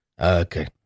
Okay